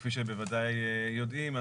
כפי שבוודאי יודעים,